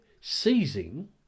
seizing